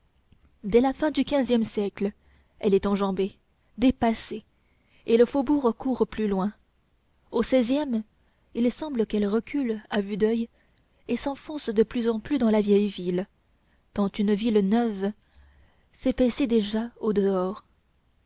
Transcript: dès la fin du quinzième siècle elle est enjambée dépassée et le faubourg court plus loin au seizième il semble qu'elle recule à vue d'oeil et s'enfonce de plus en plus dans la vieille ville tant une ville neuve s'épaissit déjà au dehors